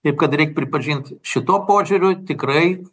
taip kad reik pripažint šituo požiūriu tikrai